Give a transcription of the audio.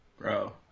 bro